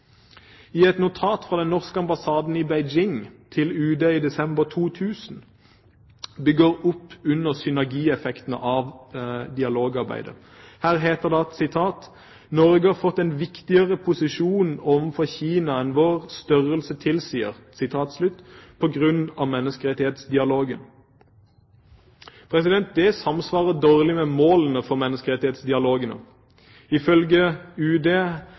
Et notat fra Den norske ambassaden i Beijing til UD i desember 2000 bygger opp under synergieffektene av dialogarbeidet. Her heter det: «Norge har fått en viktigere posisjon overfor Kina enn vår størrelse tilsier» på grunn av menneskerettighetsdialogen. Det samsvarer dårlig med målene for menneskerettighetsdialogene. Ifølge UD